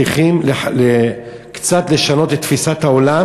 צריכים קצת לשנות את תפיסת העולם,